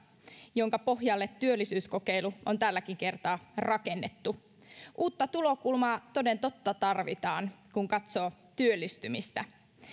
jonka pohjalle työllisyyskokeilu on tälläkin kertaa rakennettu uutta tulokulmaa toden totta tarvitaan kun katsoo työllistymistä